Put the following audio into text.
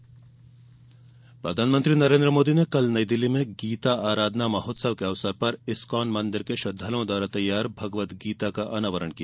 Modi ISKCON मंदिर प्रधानमंत्री नरेन्द्र मोदी ने कल नई दिल्ली में गीता अराधना महोत्समव के अवसर पर इस्कॉन मंदिर के श्रद्धालुओं द्वारा तैयार भगवद्गीता का अनावरण किया